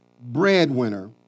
breadwinner